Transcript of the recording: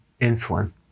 insulin